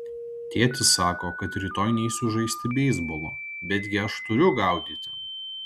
tėtis sako kad rytoj neisiu žaisti beisbolo betgi aš turiu gaudyti